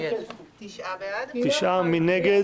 מי נגד?